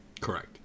Correct